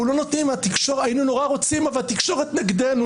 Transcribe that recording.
היינו נורא רוצים, אבל התקשורת נגדנו.